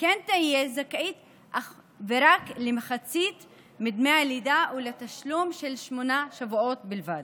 כן תהיה זכאית אך ורק למחצית מדמי הלידה ולתשלום של שמונה שבועות בלבד.